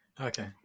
Okay